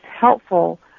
helpful